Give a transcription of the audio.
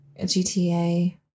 GTA